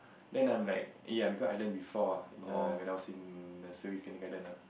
then I'm like ya because I learn before ah in a when I was in nursery kindergarten lah